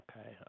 Okay